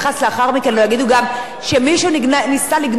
לא יגידו גם שמישהו ניסה לגנוב הצבעה,